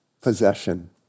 possession